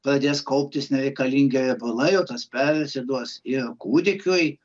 pradės kauptis nereikalingi riebalai o tas persiduos ir kūdikiui